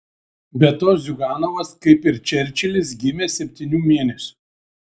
be to ziuganovas kaip ir čerčilis gimė septynių mėnesių